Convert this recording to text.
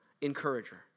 encourager